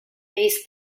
base